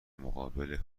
مقابل